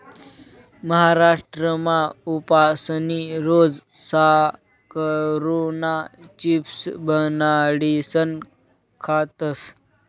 महाराष्ट्रमा उपासनी रोज साकरुना चिप्स बनाडीसन खातस